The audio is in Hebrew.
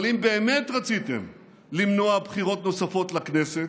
אבל אם באמת רציתם למנוע בחירות נוספות לכנסת,